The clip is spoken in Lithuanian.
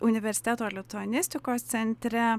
universiteto lituanistikos centre